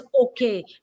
okay